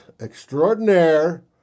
extraordinaire